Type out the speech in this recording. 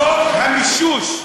חוק המישוש.